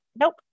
nope